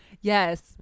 Yes